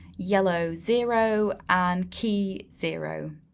yellow zero, and key zero,